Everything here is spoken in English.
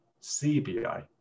CBI